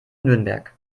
nürnberg